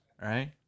Right